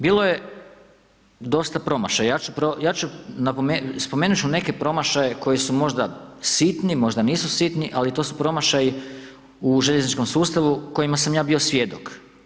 Bilo je dosta promašaja, spomenut ću neke promašaje koji su možda sitni, možda nisu sitni ali to su promašaji u željezničkom sustavu kojima sam ja bio svjedok.